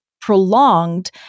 prolonged